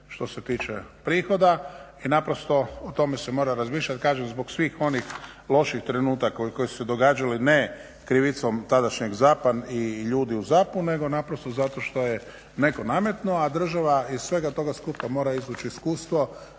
što se tiče prihoda i o tome se mora razmišljati zbog svih onih loših trenutaka koji su se događali ne krivicom tadašnjeg ZAP-a i ljudi u ZAP-u nego zato što je neko nametnuo, a država iz svega toga skupa mora izvući iskustvo